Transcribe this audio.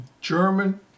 German